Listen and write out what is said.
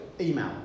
email